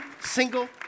single